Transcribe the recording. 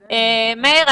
מאיר,